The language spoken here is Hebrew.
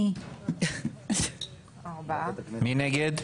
מי נגד?